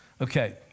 Okay